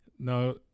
No